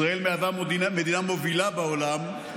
ישראל מהווה מדינה מובילה בעולם,